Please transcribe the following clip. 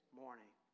morning